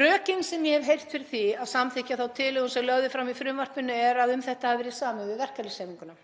Rökin sem ég hef heyrt fyrir því að samþykkja þá tilhögun sem lögð er fram í frumvarpinu er að um þetta hafi verið samið við verkalýðshreyfinguna.